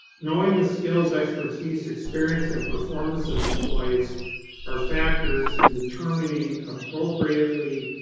knowing the skills, expertise, experience and performance of employees are factors in determining appropriately